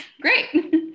Great